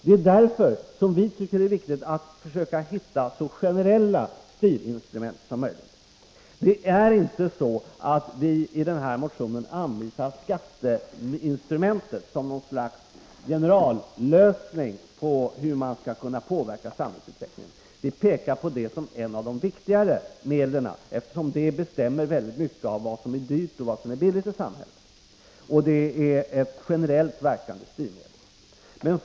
Det är därför som vi tycker att det är viktigt att försöka finna så generella styrinstrument som möjligt. Det förhåller sig inte så att vi i motionen anvisar skatteinstrumentet som ett slags generallösning på hur man skall kunna påverka samhällsutvecklingen. Vi pekar på det som ett av de viktigare medlen, eftersom det i så hög grad bestämmer vad som är dyrt och billigt i samhället. Det är ett generellt verkande styrmedel.